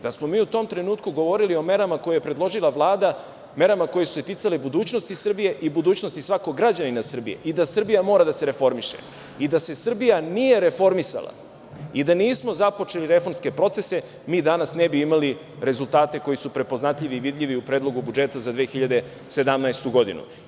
Da smo mi u tom trenutku govorili o merama koje je predložila Vlada, merama koje su se ticale budućnosti Srbije i budućnosti svakog građanina Srbije i da Srbija mora da se reformiše i da se Srbija nije reformisala i da nismo započeli reformske procese, mi danas ne bi imali rezultate koji su prepoznatljivi i vidljivi u Predlogu budžeta za 2017. godinu.